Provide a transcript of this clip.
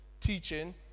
teaching